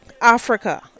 Africa